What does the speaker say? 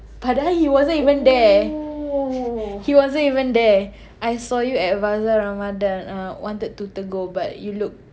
padahal he wasn't even there he wasn't even there I saw you at bazaar ramadhan uh wanted to tegur but you look